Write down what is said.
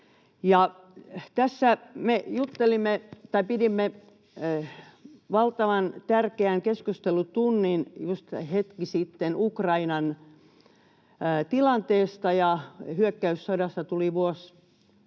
Tässä me pidimme valtavan tärkeän keskustelutunnin just hetki sitten Ukrainan tilanteesta. Hyökkäyssodassa, kun